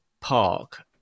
park